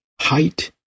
height